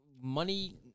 Money